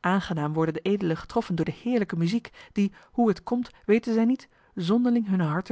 aangenaam worden de edelen getroffen door de heerlijke muziek die hoe het komt weten zij niet zonderling hunne